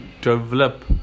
develop